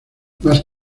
más